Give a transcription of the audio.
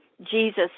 Jesus